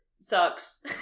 sucks